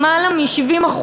יותר מ-70%,